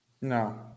No